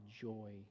joy